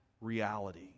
reality